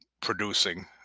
producing